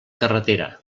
carretera